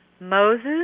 Moses